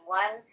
one